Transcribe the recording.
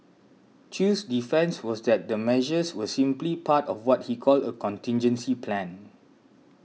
Chew's defence was that the measures were simply part of what he called a contingency plan